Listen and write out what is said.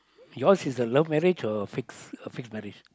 yours is a love marriage or fixed uh fixed marriage